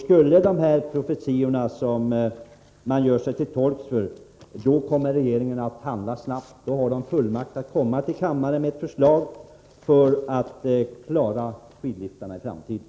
Skulle de profetior som man gör sig till tolk för gå i uppfyllelse, kommer regeringen att handla snabbt. Den har fullmakt att komma till riksdagen med ett förslag för att klara skidliftarna i framtiden.